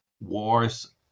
wars